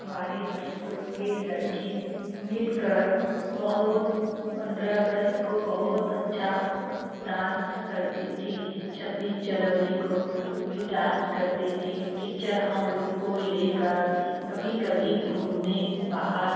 हमारे स्कूल के लड़की मिलकर बहुत पंद्रह अगस्त को बहुत अच्छा डांस करती थी छब्बीस जनवरी को भी डांस करती थी टीचर हम लोग को लेकर कभी कभी घूमने बाहर